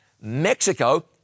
Mexico